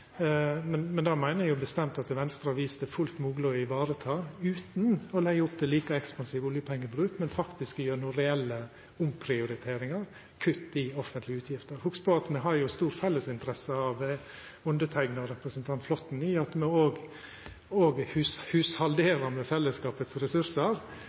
Men det meiner eg bestemt at Venstre har vist det er fullt mogleg å ta hand om utan å leggja opp til ein like ekspansiv oljepengebruk, men faktisk gjennom reelle omprioriteringar og kutt i offentlege utgifter. Hugs at me – og representanten Flåtten – har stor fellesinteresse av at me òg «hushalderar» med fellesskapet sine ressursar.